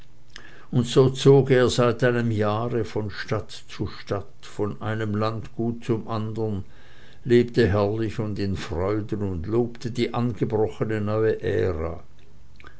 und so zog er seit einem jahre von stadt zu stadt von einem landgut zum andern lebte herrlich und in freuden und lobte die angebrochene neue ära